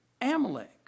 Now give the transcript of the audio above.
Amalek